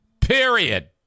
period